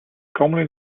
commonly